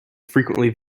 frequently